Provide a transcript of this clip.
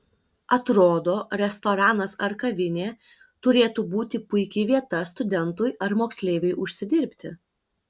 atrodo restoranas ar kavinė turėtų būti puiki vieta studentui ar moksleiviui užsidirbti